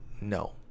No